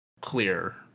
clear